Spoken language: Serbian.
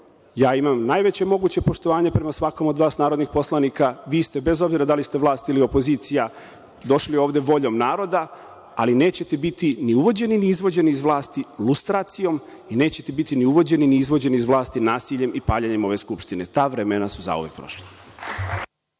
imam najveće moguće poštovanje prema svakom od vas narodnih poslanika. Vi ste, bez obzira da li ste vlast ili opozicija, došli ovde voljom naroda, ali nećete biti ni uvođeni ni izvođeni iz vlasti lustracijom i nećete biti ni uvođeni ni izvođeni iz vlasti nasiljem i paljenjem ove Skupštine. Ta vremena su zauvek prošla.